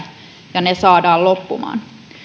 ja ne saadaan loppumaan